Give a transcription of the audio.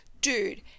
dude